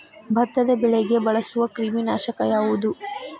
ಭತ್ತದ ಬೆಳೆಗೆ ಬಳಸುವ ಕ್ರಿಮಿ ನಾಶಕ ಯಾವುದು?